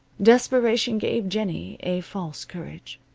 desperation gave jennie a false courage.